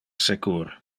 secur